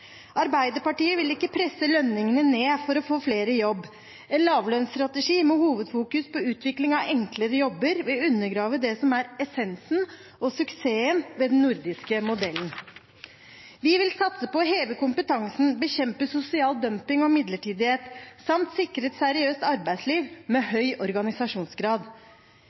Arbeiderpartiet vil ikke presse lønningene ned for å få flere i jobb. En lavlønnsstrategi med hovedvekt på utvikling av enklere jobber vil undergrave det som er essensen i og suksessen ved den nordiske modellen. Vi vil satse på å heve kompetansen og bekjempe sosial dumping og midlertidighet samt sikre et seriøst arbeidsliv med høy organisasjonsgrad.